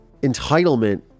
entitlement